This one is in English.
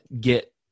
get